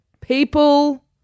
people